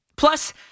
Plus